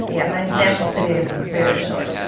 yeah, my national citi days were very short.